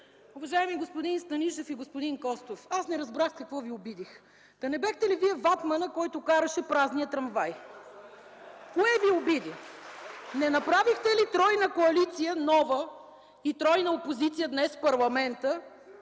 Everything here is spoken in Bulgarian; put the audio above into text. Уважаеми господин Станишев и господин Костов, аз не разбрах какво ви обидих. Та не бяхте ли Вие ватманът, който караше празния трамвай? (Ръкопляскания от ГЕРБ.) Кое Ви обиди? Не направихте ли нова тройна коалиция и тройна опозиция днес в парламента